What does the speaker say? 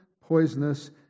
poisonous